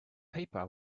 paper